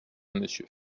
monsieur